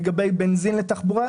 לגבי בנזין לתחבורה,